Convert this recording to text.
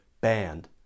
banned